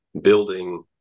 building